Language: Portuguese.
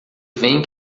vem